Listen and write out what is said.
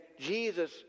Jesus